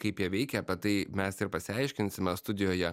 kaip jie veikia apie tai mes ir pasiaiškinsime studijoje